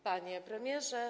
Panie Premierze!